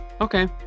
okay